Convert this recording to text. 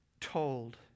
told